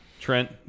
Trent